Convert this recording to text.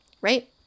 right